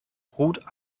ruth